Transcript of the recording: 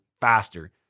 faster